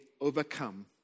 overcome